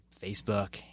Facebook